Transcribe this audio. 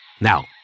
Now